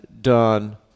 done